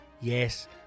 yes